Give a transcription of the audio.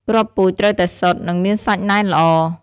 គ្រាប់ពូជត្រូវតែសុទ្ធ និងមានសាច់ណែនល្អ។